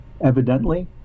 evidently